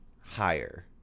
higher